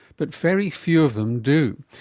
but very few of them do.